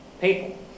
people